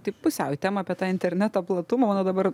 tai pusiau į temą apie tą interneto platumą na dabar